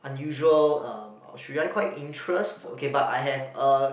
unusual um or should I call it interest okay but I have a